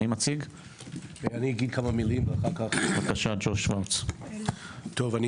קודם כול, אני